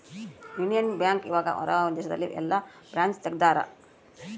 Union Bank ಇವಗ ಹೊರ ದೇಶದಲ್ಲಿ ಯೆಲ್ಲ ಬ್ರಾಂಚ್ ತೆಗ್ದಾರ